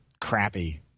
crappy